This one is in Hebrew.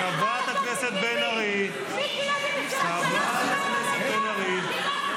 חברת הכנסת בן ארי ------ את ביבי --- אין לכם לב,